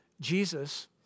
Jesus